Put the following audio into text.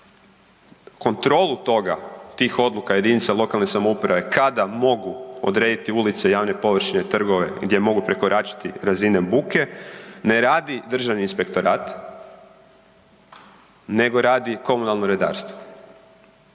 kontrolu toga, tih odluka JLS-ova kada mogu odrediti ulice, javne površine i trgovine gdje mogu prekoračiti razinu buke, ne radi državni inspektorat nego radi komunalno redarstvo.